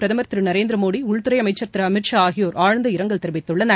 பிரதமர் திரு நரேந்திரமோடி உள்துறை அமைச்சர் அமித் ஷா ஆகியோர்ஆழ்ந்த இரங்கல் தெரிவித்துள்ளனர்